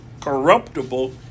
corruptible